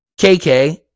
KK